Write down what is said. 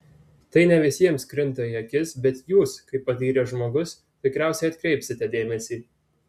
tai ne visiems krinta į akis bet jūs kaip patyręs žmogus tikriausiai atkreipsite dėmesį